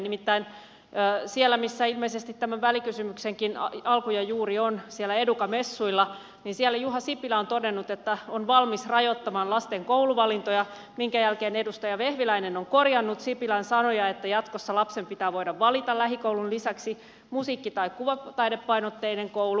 nimittäin siellä missä ilmeisesti tämän välikysymyksenkin alku ja juuri on educa messuilla siellä juha sipilä on todennut että on valmis rajoittamaan lasten kouluvalintoja minkä jälkeen edustaja vehviläinen on korjannut sipilän sanoja että jatkossa lapsen pitää voida valita lähikoulun lisäksi musiikki tai kuvataidepainotteinen koulu